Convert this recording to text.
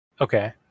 Okay